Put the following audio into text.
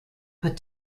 but